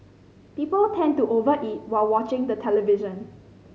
people tend to over eat while watching the television